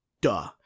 duh